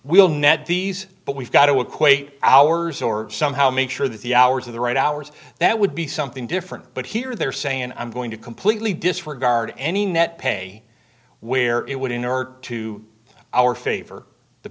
we'll net these but we've got to equate ours or somehow make sure that the hours of the right hours that would be something different but here they're saying i'm going to completely disregard any net pay where it in order to our favor the